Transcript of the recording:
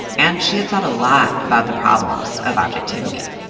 and she had thought a lot about the problems of objectivity.